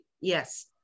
Yes